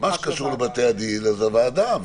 מה שקשור לבתי הדין זה הוועדה,